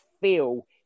feel